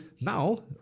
now